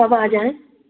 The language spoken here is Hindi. कब आ जाएँ